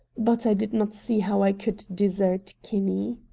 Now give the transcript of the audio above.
but i did not see how i could desert kinney.